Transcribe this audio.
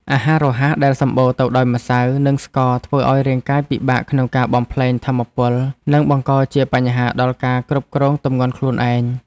អាហាររហ័សដែលសម្បូរទៅដោយម្សៅ និងស្ករធ្វើឲ្យរាងកាយពិបាកក្នុងការបំប្លែងថាមពល និងបង្កជាបញ្ហាដល់ការគ្រប់គ្រងទម្ងន់ខ្លួនឯង។